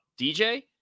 DJ